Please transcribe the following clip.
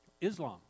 Islam